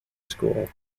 school